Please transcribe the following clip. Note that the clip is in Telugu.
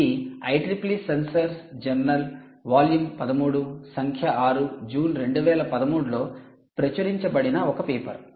ఇది IEEE సెన్సార్స్ జర్నల్ వాల్యూమ్ 13 సంఖ్య 6 జూన్ 2013 లో ప్రచురించబడిన ఒక పేపర్